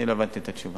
אני לא הבנתי את התשובה.